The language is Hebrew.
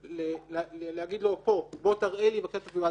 באנגליה, באירופה ובארצות הברית, זה